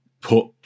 put